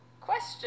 question